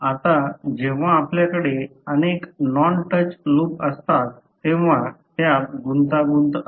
आता जेव्हा आपल्याकडे अनेक नॉन टच लूप असतात तेव्हा त्यात गुंतागुंत असते